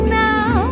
now